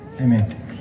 Amen